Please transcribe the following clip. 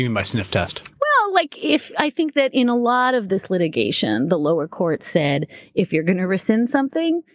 mean by sniff test? well, like i think that in a lot of this litigation, the lower court said if you're going to rescind something,